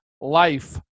life